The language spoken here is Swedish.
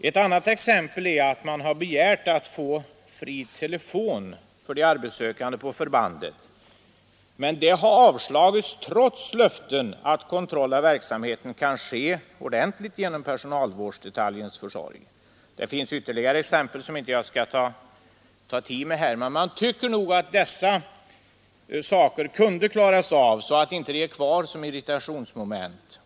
Ett annat exempel är att man har begärt att få fri telefon för de arbetssökande på förbanden, men det har avslagits trots löften att kontroll av verksamheten kan ske ordentligt genom personalvårdsdetaljens försorg. Det finns ytterligare exempel som jag emellertid inte skall uppta tiden med att anföra här. Men jag tycker att dessa saker skulle kunna klaras av, så att det inte finns sådana här irritationsmoment kvar.